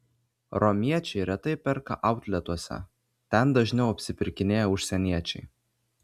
romiečiai retai perka outletuose ten dažniau apsipirkinėja užsieniečiai